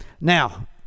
Now